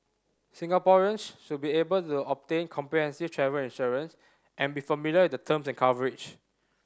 Singaporeans should be able to obtain comprehensive travel insurance and be familiar with the terms and coverage